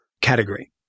category